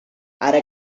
ara